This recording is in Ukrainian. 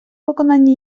виконанні